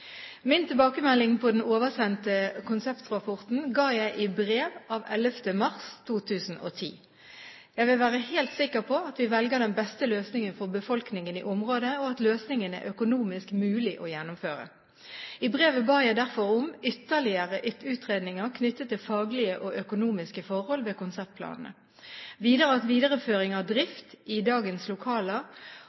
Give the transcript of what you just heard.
Min tilbakemelding på den oversendte konseptrapporten ga jeg i brev av 11. mars 2010. Jeg vil være helt sikker på at vi velger den beste løsningen for befolkningen i området, og at løsningen er økonomisk mulig å gjennomføre. I brevet ba jeg derfor om ytterligere utredninger knyttet til faglige og økonomiske forhold ved konseptplanene. Videre ba jeg om at videreføring av drift i dagens lokaler